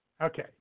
Okay